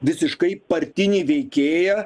visiškai partinį veikėją